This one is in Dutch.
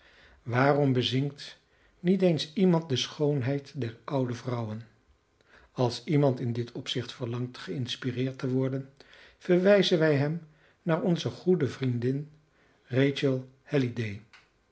waarom bezingt niet eens iemand de schoonheid der oude vrouwen als iemand in dit opzicht verlangt geïnspireerd te worden verwijzen wij hem naar onze goede vriendin rachel halliday